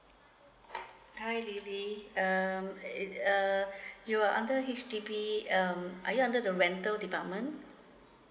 hi lily um err you are under H_D_B um are you under the rental department